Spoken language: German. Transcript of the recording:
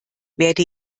werde